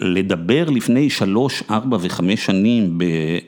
לדבר לפני שלוש, ארבע וחמש שנים ב...